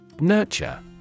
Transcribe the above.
Nurture